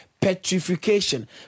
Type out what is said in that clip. petrification